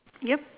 ya